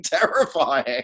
terrifying